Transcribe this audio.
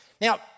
Now